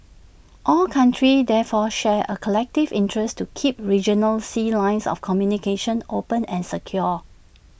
all countries therefore share A collective interest to keep regional sea lines of communication open and secure